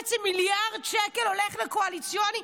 כש-4.5 מיליארד שקל הולכים לקואליציוניים,